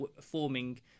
forming